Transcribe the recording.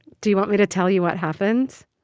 do you want me to tell you what happened?